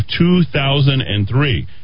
2003